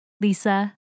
Lisa